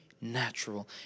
natural